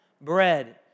bread